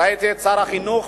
ראיתי את שר החינוך,